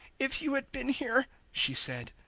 if you had been here, she said,